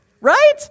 right